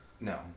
No